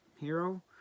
hero